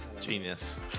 Genius